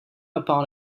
upon